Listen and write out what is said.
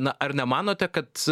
na ar nemanote kad